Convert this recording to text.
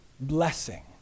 blessing